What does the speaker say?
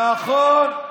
נכון.